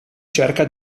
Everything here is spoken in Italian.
cerca